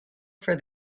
for